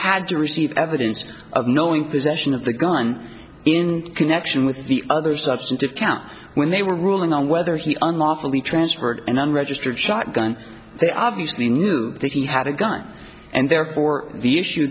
had to receive evidence of knowing possession of the gun in connection with the other substantive count when they were ruling on whether he unlawfully transferred an unregistered shotgun they obviously knew that he had a gun and therefore the issue